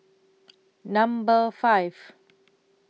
Number five